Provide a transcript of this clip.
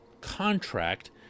contract